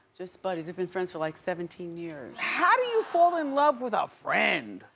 just buddies, we've been friends for like seventeen years. how do you fall in love with a friend?